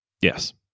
Yes